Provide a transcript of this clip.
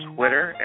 Twitter